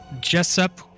Jessup